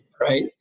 Right